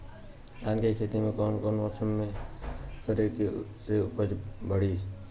धान के खेती कौन मौसम में करे से उपज बढ़ी?